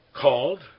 called